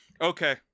Okay